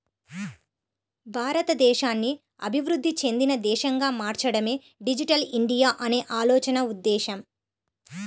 భారతదేశాన్ని అభివృద్ధి చెందిన దేశంగా మార్చడమే డిజిటల్ ఇండియా అనే ఆలోచన ఉద్దేశ్యం